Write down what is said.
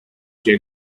che